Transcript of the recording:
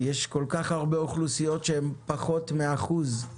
האלה יש כל כך הרבה אוכלוסיות שבהן פחות מאחוז אחד